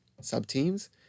sub-teams